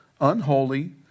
unholy